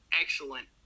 excellent